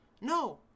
no